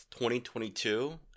2022